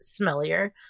smellier